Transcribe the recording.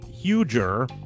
huger